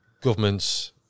governments